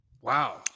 Wow